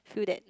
feel that